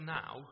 now